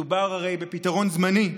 מדובר הרי בפתרון זמני.